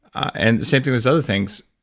and the same thing as other things.